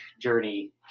journey